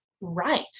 right